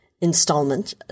installment